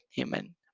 Amen